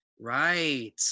Right